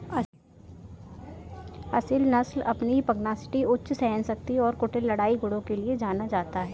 असील नस्ल अपनी पगनासिटी उच्च सहनशक्ति और कुटिल लड़ाई गुणों के लिए जाना जाता है